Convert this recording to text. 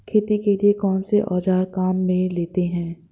खेती के लिए कौनसे औज़ार काम में लेते हैं?